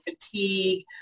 fatigue